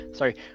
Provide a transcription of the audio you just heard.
sorry